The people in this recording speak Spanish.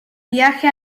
viaje